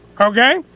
Okay